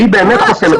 -- שהיא באמת חוסמת.